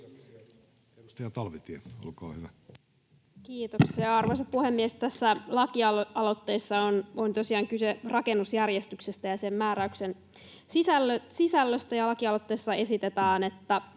Kiitoksia, arvoisa puhemies! Tässä lakialoitteessa on tosiaan kyse rakennusjärjestyksestä ja sen määräyksen sisällöstä. Lakialoitteessa esitetään, että